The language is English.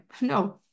No